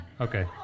okay